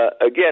again